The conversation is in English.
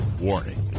warning